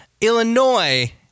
Illinois